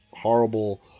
horrible